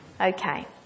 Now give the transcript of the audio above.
Okay